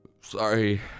sorry